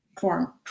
form